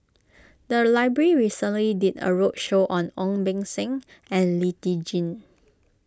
the library recently did a roadshow on Ong Beng Seng and Lee Tjin